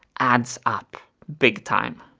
adds up big time.